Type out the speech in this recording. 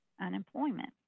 unemployment